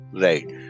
Right